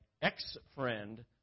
Ex-friend